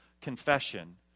confession